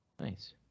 Nice